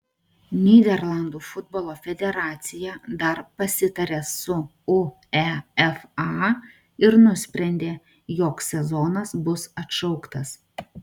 nyderlandų futbolo federacija dar pasitarė su uefa ir nusprendė jog sezonas bus atšauktas